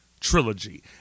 trilogy